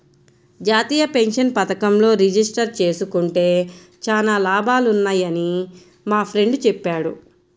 జాతీయ పెన్షన్ పథకంలో రిజిస్టర్ జేసుకుంటే చానా లాభాలున్నయ్యని మా ఫ్రెండు చెప్పాడు